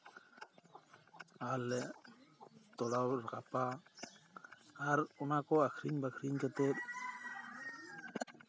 ᱟᱨ ᱞᱮ ᱛᱚᱲᱟᱣ ᱨᱟᱠᱟᱵᱟ ᱟᱨ ᱚᱱᱟ ᱠᱚ ᱟᱹᱠᱷᱨᱤᱧ ᱵᱟᱹᱠᱷᱨᱤᱧ ᱠᱟᱛᱮᱫ